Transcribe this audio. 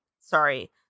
sorry